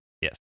Yes